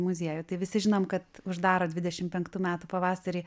muziejų tai visi žinom kad uždaro dvidešim penktų metų pavasarį